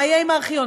מה יהיה עם הארכיון?